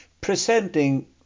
presenting